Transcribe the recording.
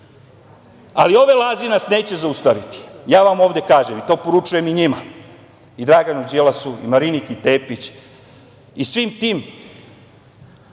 ove laže nas neće zaustaviti. Ja vam ovde kažem, i to poručujem i njima, Draganu Đilasu, Mariniki Tepić i svim tim